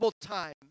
time